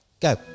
Go